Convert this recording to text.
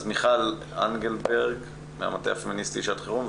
מיכל אנגלברג מהמטה הפמיניסטי לשעת חירום,